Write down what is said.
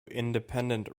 independent